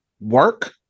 work